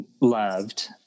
loved